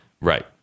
Right